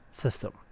System